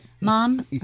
Mom